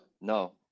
no